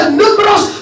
numerous